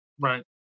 Right